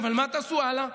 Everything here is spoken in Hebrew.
אבל מה תעשו הלאה?